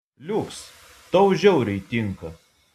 liuks tau žiauriai tinka